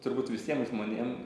turbūt visiem žmonėm